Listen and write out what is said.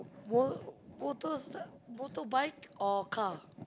mo~ motors motorbike or car